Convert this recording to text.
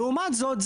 לעומת זאת,